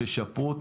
תשפרו,